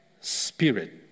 spirit